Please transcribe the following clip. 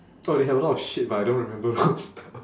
orh they have a lot of shit but I don't remember those stuff